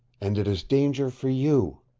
and it is danger for you.